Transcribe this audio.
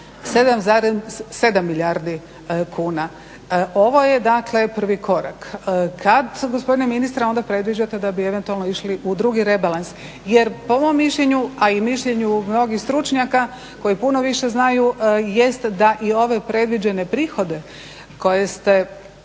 7,7 milijardi kuna. Ovo je, dakle prvi korak. Kad gospodine ministre onda predviđate da bi eventualno išli u drugi rebalans? Jer po mom mišljenu, a i mišljenju mnogih stručnjaka koji puno više znaju jest da i ove predviđene prihode koje ste